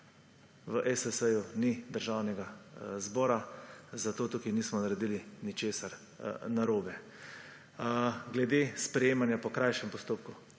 V ESS ni Državnega zbora, zato tukaj nismo naredili ničesar narobe. Glede sprejemanja po krajšem postopku.